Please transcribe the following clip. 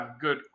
good